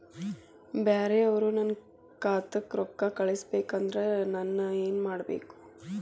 ಬ್ಯಾರೆ ಅವರು ನನ್ನ ಖಾತಾಕ್ಕ ರೊಕ್ಕಾ ಕಳಿಸಬೇಕು ಅಂದ್ರ ನನ್ನ ಏನೇನು ಕೊಡಬೇಕು?